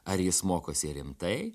ar jis mokosi rimtai